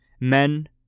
Men